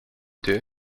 deux